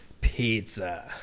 pizza